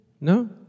No